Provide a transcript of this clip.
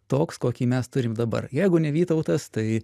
toks kokį mes turim dabar jeigu ne vytautas tai